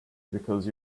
because